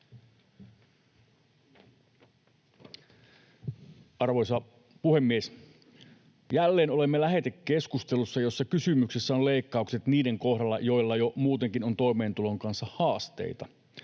Arvoisa puhemies! Jälleen olemme keskustelussa, jossa kysymyksessä ovat leikkaukset niiden kohdalla, joilla jo muutenkin on toimeentulon kanssa haasteita.